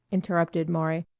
interrupted maury,